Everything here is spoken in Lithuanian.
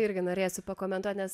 irgi norėsiu pakomentuot nes